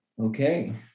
Okay